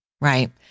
Right